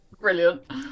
Brilliant